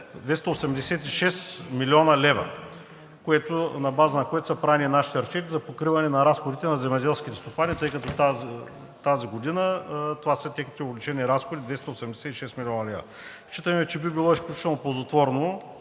286 млн. лв., на база на което са правени нашите разчети за покриване на разходите на земеделските стопани, тъй като тази година това са техните увеличени разходи – 268 млн. лв. Считаме, че би било изключително ползотворно